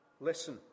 Listen